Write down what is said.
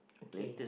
okay